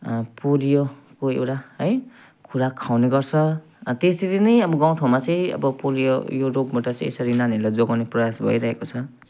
पोलियोको एउटा है खुराक खुवाउने गर्छ त्यसरी नै अब गाउँ ठाउँमा चाहिँ अब पोलियो यो रोगबट चाहिँ यसरी नानीहरूलाई जोगाउने प्रयास भइरहेको छ